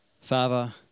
Father